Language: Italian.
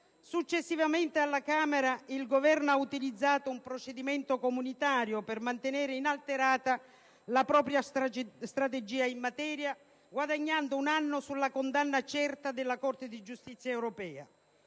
successivamente, alla Camera il Governo ha utilizzato un procedimento comunitario per mantenere inalterata la propria strategia in materia, guadagnando un anno sulla condanna certa della Corte di giustizia delle